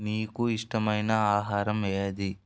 నీకు ఇష్టమైన ఆహారం ఏది